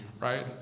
Right